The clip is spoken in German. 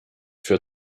für